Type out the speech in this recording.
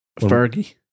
Fergie